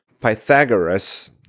Pythagoras